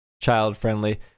child-friendly